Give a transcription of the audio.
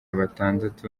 batandatu